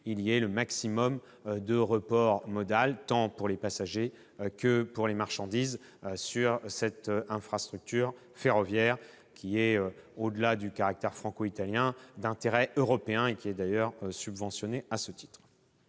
du maximum de reports modaux, tant pour les passagers que pour les marchandises. Cette infrastructure ferroviaire, au-delà de son caractère franco-italien, est d'intérêt européen et elle est d'ailleurs subventionnée à ce titre.